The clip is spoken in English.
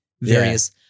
various